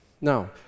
Now